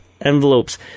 envelopes